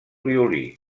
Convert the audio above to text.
violí